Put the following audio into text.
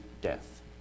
death